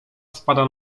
spada